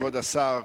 כבוד השר,